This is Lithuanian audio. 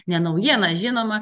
ne naujiena žinoma